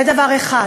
זה דבר אחד.